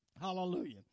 Hallelujah